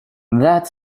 that